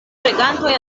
regantoj